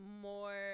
More